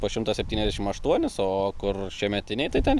po šimtą septyniasdešimt aštuonis o kur šiemetiniai tai ten